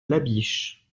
labiche